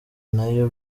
nayo